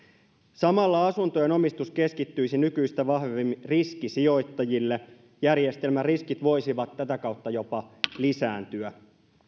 samalla asuntojen omistus keskittyisi nykyistä vahvemmin riskisijoittajille järjestelmän riskit voisivat tätä kautta jopa lisääntyä